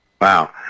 Wow